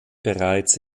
bereits